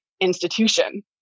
institution